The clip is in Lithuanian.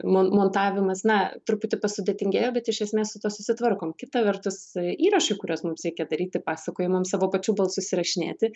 mon montavimas na truputį pasudėtingėjo bet iš esmės su tuo susitvarkom kita vertus įrašai kuriuos mums reikia daryti pasakojimams savo pačių susirašinėti